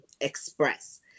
express